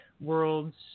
worlds